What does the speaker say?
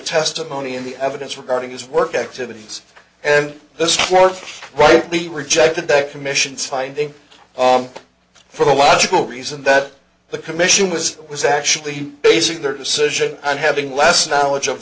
testimony of the evidence regarding his work activities and this court rightly rejected the commission's finding for the logical reason that the commission was was actually basing their decision on having less knowledge of